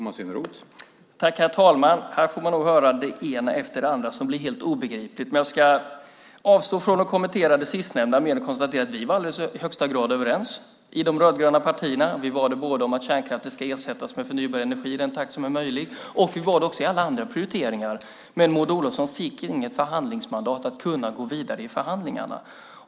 Herr talman! Här får man höra det ena efter det andra som blir helt obegripligt. Jag ska avstå från att kommentera det sistnämnda mer än att konstatera att vi i högsta grad var överens i de rödgröna partierna både om att kärnkraften ska ersättas med förnybar energi i den takt som är möjlig och i alla andra prioriteringar. Men Maud Olofsson fick inget förhandlingsmandat för att kunna gå vidare i förhandlingarna.